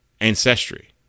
ancestry